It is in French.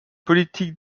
politique